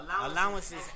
Allowances